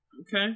Okay